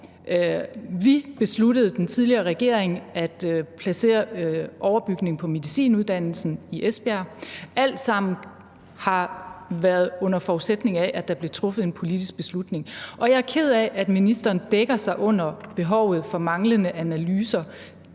Vi, den tidligere regering, besluttede at placere overbygning på medicinuddannelsen i Esbjerg. Alt sammen har været under forudsætning af, at der blev truffet en politisk beslutning. Og jeg er ked af, at ministeren dækker sig under behovet for analyser.